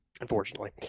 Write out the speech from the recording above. Unfortunately